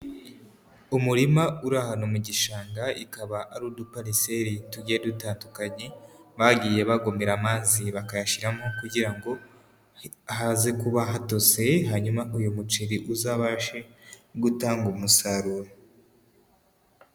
Umurima uri ahantu mu gishanga ikaba ari udupariceri tugiye dutandukanye, bagiye bagome amazi bakayashyiramo kugira ngo haze kuba hatoseye hanyuma uyu muceri uzabashe gutanga umusaruro.